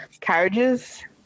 carriages